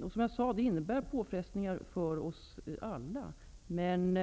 Det här innebär påfrestningar på oss alla, men